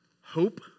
hope